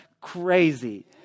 crazy